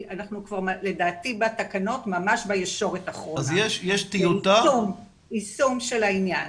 אנחנו כבר לדעתי בתקנות ממש בישורת האחרונה --- יישום של העניין.